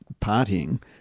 partying